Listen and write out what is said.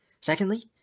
Secondly